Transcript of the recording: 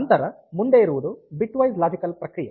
ನಂತರ ಮುಂದೆ ಇರುವುದು ಬಿಟ್ ವೈಸ್ ಲಾಜಿಕಲ್ ಪ್ರಕ್ರಿಯೆ